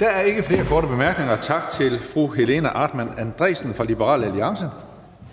Der er ikke flere korte bemærkninger. Tak til fru Helena Artmann Andresen fra Liberal Alliance. Den